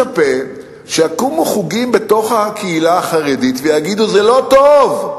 שיקומו חוגים בתוך הקהילה החרדית ויגידו: זה לא טוב.